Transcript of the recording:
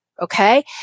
okay